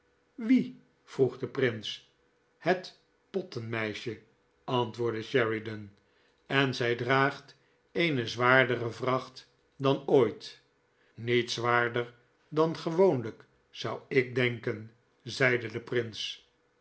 wie vroeg de prins hetpottenmeisje antwoordde sheridan en jozef grimaldi zij draagt eene zwaardere vracht dan ooit niet zwaarder dan gewoonlijk zou ik denken zeide de prins